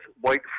White